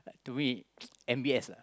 to me M_B_S lah